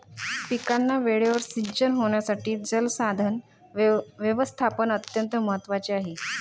पिकांना वेळेवर सिंचन होण्यासाठी जलसंसाधन व्यवस्थापन अत्यंत महत्त्वाचे आहे